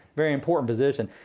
very important position.